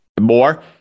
more